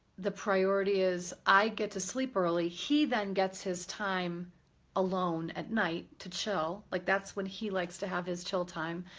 the priority is, i get to sleep early, he then gets his time alone at night to chill, like that's when he likes to have his chill time,